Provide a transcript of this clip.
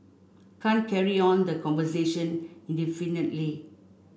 can't carry on the conversation indefinitely